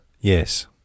Yes